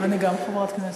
אני גם חברת כנסת.